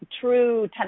true